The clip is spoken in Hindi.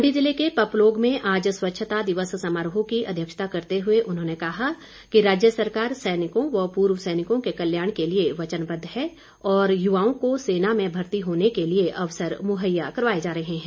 मंडी जिले के पपलोग में आज स्वच्छता दिवस समारोह की अध्यक्षता करते हुए उन्होंने कहा कि राज्य सरकार सैनिकों व पूर्व सैनिकों के कल्याण के लिए वचनबद्व है और युवाओं को सेना में भर्ती होने के लिए अवसर मुहैया करवाए जा रहे हैं